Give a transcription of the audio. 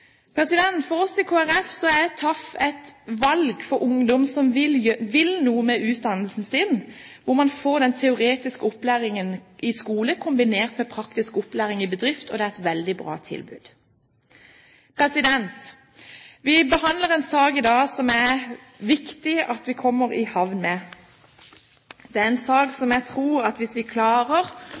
For oss i Kristelig Folkeparti er TAF et valg for ungdom som vil noe med utdannelsen sin. Man får den teoretiske opplæringen i skole kombinert med praktisk opplæring i bedrift, og det er et veldig bra tiltak. Vi behandler en sak i dag som det er viktig at vi kommer i havn med. Jeg tror at vi må klare å lage en sak som